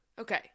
Okay